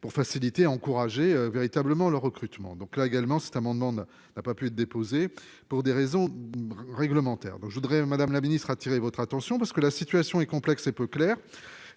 pour faciliter encourager véritablement le recrutement donc là également cet amendement n'a, n'a pas pu être déposées pour des raisons. Réglementaires. Donc je voudrais Madame la Ministre, attirer votre attention parce que la situation est complexe et peu claires,